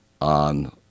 on